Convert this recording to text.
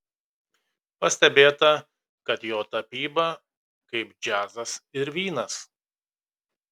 pastebėta kad jo tapyba kaip džiazas ir vynas